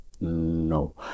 no